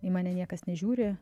į mane niekas nežiūri